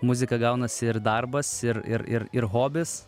muzika gaunasi ir darbas ir ir ir ir hobis